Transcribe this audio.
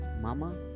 Mama